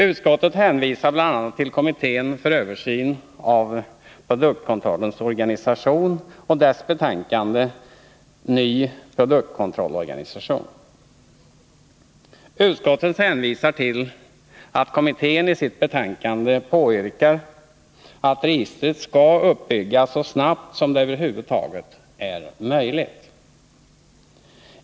Utskottet hänvisar bl.a. till kommittén för översyn av produktkontrollens organisation och dess betänkande Ny produktkontrollorganisation. Utskottet hänvisar till att kommittén i sitt betänkande påyrkar att registret skall uppbyggas så snabbt som det över huvud taget är möjligt.